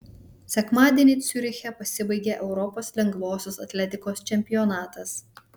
sekmadienį ciuriche pasibaigė europos lengvosios atletikos čempionatas